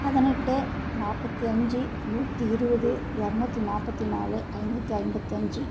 பதினெட்டு நாற்பத்தி அஞ்சு நூற்றி இருபது எரநூற்றி நாற்பத்தி நாலு ஐநூற்றி ஐம்பத்து அஞ்சு